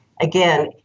again